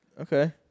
Okay